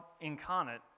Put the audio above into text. incarnate